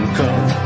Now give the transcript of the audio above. come